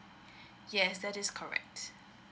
yes that is correct